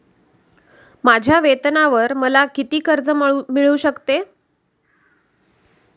माझ्या वेतनावर मला किती कर्ज मिळू शकते?